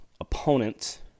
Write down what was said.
opponent